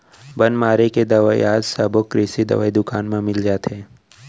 बन मारे के दवई आज सबो कृषि दवई दुकान म मिल जाथे